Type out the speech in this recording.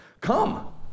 come